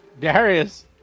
Darius